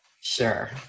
Sure